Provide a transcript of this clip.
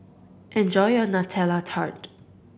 enjoy your Nutella Tart